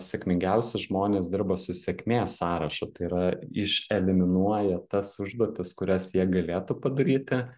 sėkmingiausi žmonės dirba su sėkmės sąrašu tai yra iš eliminuoja tas užduotis kurias jie galėtų padaryti